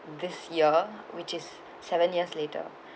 this year which is seven years later